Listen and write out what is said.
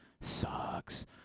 Sucks